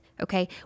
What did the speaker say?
Okay